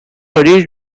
ready